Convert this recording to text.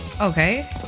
Okay